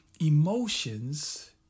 emotions